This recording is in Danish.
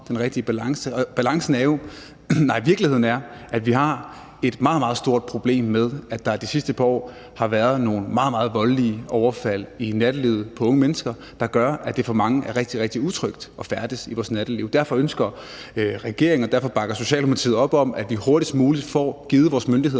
den rigtige balance. Virkeligheden er, at vi har et meget, meget stort problem med, at der de sidste par år har været nogle meget, meget voldelige overfald i nattelivet på unge mennesker, der gør, at det for mange er rigtig, rigtig utrygt at færdes i vores natteliv. Derfor ønsker regeringen, og det bakker Socialdemokratiet op, at vi hurtigst muligt får givet vores myndigheder